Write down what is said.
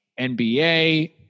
NBA